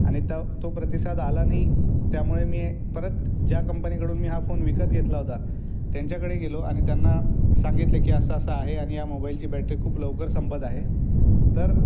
आणि ता तो प्रतिसाद आला नाही त्यामुळे मी ए परत ज्या कंपनीकडून हा फोन विकत घेतला होता त्यांच्याकडे गेलो आणि त्यांना सांगितलं की असं असं आहे आणि या मोबाईलची बॅटरी खूप लवकर संपत आहे तर